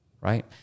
right